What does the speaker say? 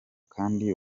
kandi